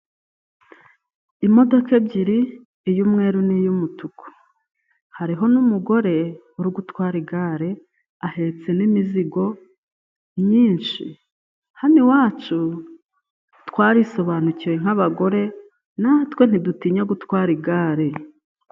Imodoka ebyiri iy'umweru n'iyumutuku hariho n'umugore wo gutwara igare ahetse n'imizigo myinshi, hano iwacu twarisobanukiwe nk'abagore natwe ntidutinya gutwara igare.